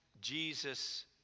Jesus